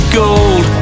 gold